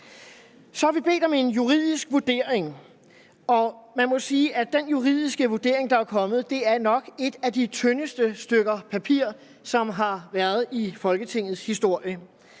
Så har vi bedt om en juridisk vurdering, og man må sige, at den juridiske vurdering, der er kommet, nok er et af de tyndeste stykker papir, som der har været i Folketingets historie.